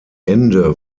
ende